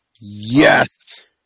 Yes